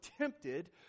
tempted